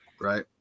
Right